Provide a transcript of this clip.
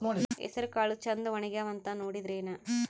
ಹೆಸರಕಾಳು ಛಂದ ಒಣಗ್ಯಾವಂತ ನೋಡಿದ್ರೆನ?